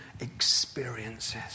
experiences